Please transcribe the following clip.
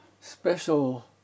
special